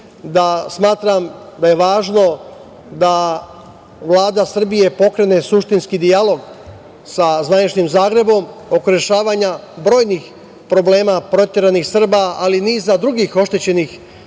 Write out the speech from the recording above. smatram da je važno da Vlada Srbije pokrene suštinski dijalog sa zvaničnim Zagrebom oko rešavanja brojnih problema proteranih Srba, ali i niza drugih oštećenih građana,